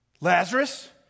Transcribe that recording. Lazarus